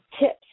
tips